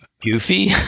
goofy